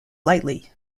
lightly